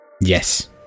Yes